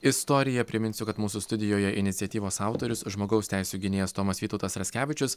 istoriją priminsiu kad mūsų studijoje iniciatyvos autorius žmogaus teisių gynėjas tomas vytautas raskevičius